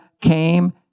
came